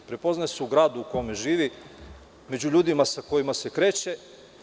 Prepoznaje se u gradu u kome živi, među ljudima sa kojima se kreće i…